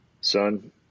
son